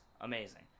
amazing